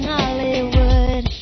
Hollywood